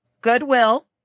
goodwill